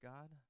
God